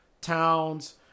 Towns